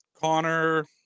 Connor